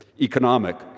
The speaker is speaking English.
economic